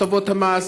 הטבות המס,